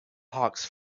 hawks